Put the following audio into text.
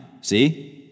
see